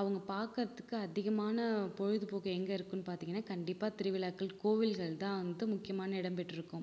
அவங்க பார்க்கறதுக்கு அதிகமான பொழுதுபோக்கு எங்கே இருக்குதுன்னு பார்த்திங்கன்னா கண்டிப்பாக திருவிழாக்கள் கோவில்கள்தான் வந்து முக்கியமான இடம் பெற்றிருக்கும்